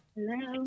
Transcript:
Hello